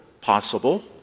possible